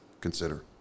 consider